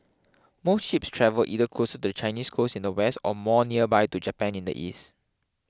most ships travel either closer to the Chinese coast in the west or more nearby to Japan in the east